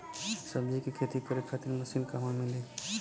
सब्जी के खेती करे खातिर मशीन कहवा मिली?